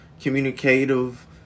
communicative